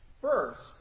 First